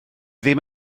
ddim